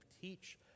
teach